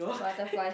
butterflies